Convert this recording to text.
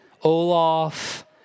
Olaf